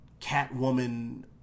Catwoman